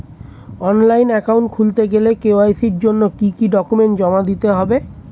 Online account খুলতে গেলে KYC জন্য কি কি ডকুমেন্ট জমা দিতে হবে?